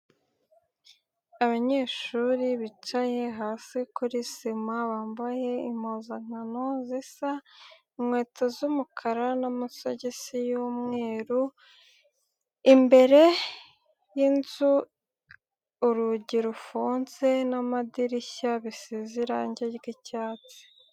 Abanyeshuri bicaye hasi kuri sima, bambaye impuzankano zisa, inkweto z'umukara n'amagosi y'umweru, imbere y'inzu, urugi rufunze n'amadirishya bisize irangi ry'icyatsi.